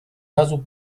razu